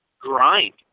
grind